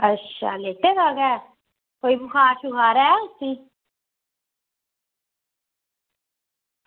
अच्छा लेटे दा गै ऐ कोई बखार शखार ऐ उसी